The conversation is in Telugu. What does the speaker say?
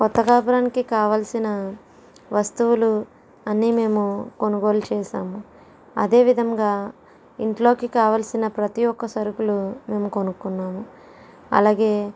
కొత్త కాపురానికి కావాల్సిన వస్తువులు అన్ని మేము కొనుగోలు చేసాము అదేవిధంగా ఇంట్లోకి కావాల్సిన ప్రతీ ఒక్క సరుకులు మేము కొనుక్కున్నాము అలాగే